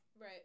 Right